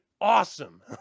awesome